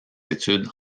études